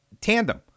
tandem